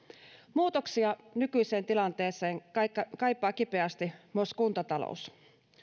muutoksia nykyiseen tilanteeseen kaipaa kipeästi myös kuntatalous